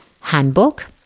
handbook